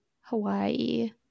Hawaii